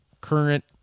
current